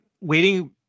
waiting